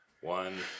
One